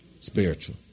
spiritual